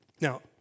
Now